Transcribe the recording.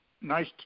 Nice